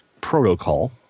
protocol